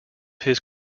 his